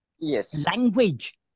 language